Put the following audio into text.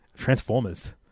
Transformers